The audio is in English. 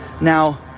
Now